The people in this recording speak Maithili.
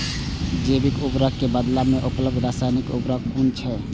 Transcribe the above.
जैविक उर्वरक के बदला में उपलब्ध रासायानिक उर्वरक कुन छै?